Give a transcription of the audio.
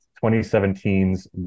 2017's